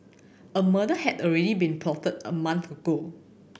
a murder had already been plotted a month ago